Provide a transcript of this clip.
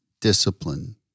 discipline